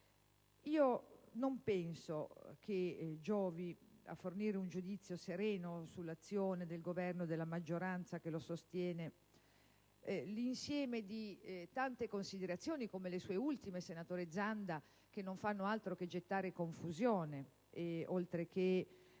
Non penso che giovi a fornire un giudizio sereno sull'azione del Governo e della maggioranza che lo sostiene l'insieme delle tante considerazioni svolte, come da ultimo quelle del senatore Zanda, che non fanno altro che gettare confusione oltre che